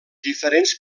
diferents